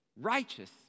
righteous